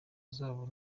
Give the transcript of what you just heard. zabo